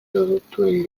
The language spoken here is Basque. produktuen